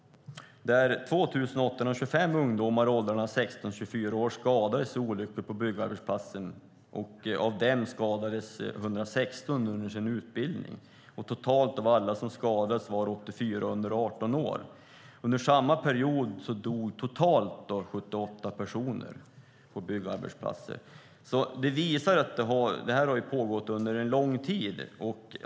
2 825 ungdomar i åldrarna 16-24 år skadades i olyckor på byggarbetsplatser, och av dem skadades 116 under sin utbildning. Totalt av alla som skadades var 84 under 18 år. Under samma period dog 78 personer på byggarbetsplatser. Det visar att det här har pågått under en lång tid.